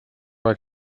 aeg